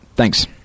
Thanks